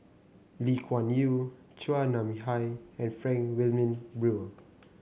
Lee Kuan Yew Chua Nam Hai and Frank Wilmin Brewer